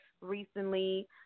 recently